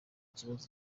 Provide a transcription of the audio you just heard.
kibazo